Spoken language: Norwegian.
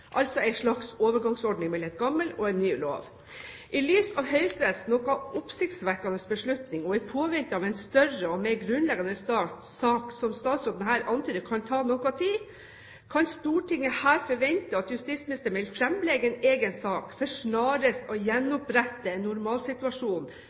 altså en slags overgangsordning mellom en gammel og en ny lov. I lys av Høyesteretts noe oppsiktsvekkende beslutning, og i påvente av en større og mer grunnleggende sak, som statsråden her antyder kan ta noe tid, kan Stortinget forvente at justisministeren vil framlegge en egen sak for snarest å